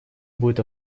будет